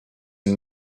and